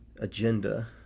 agenda